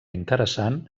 interessant